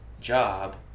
job